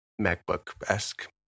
MacBook-esque